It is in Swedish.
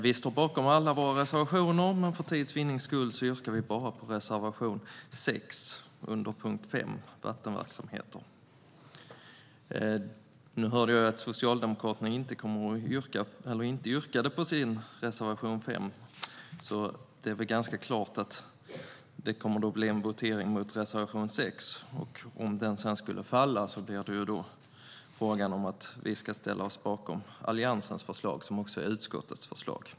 Vi står bakom alla våra reservationer, men för tids vinnande yrkar jag bifall till bara reservation 6 under punkt 5 om vattenverksamheter. Nu hörde jag att Socialdemokraterna inte yrkade bifall till sin reservation 5, så det är väl ganska klart att det kommer att bli en votering om reservation 6. Om den sedan skulle falla blir det fråga om att vi ska ställa oss bakom Alliansens förslag som också är utskottets förslag.